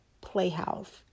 Playhouse